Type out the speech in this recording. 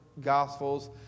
gospels